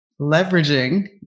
leveraging